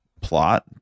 plot